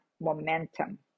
momentum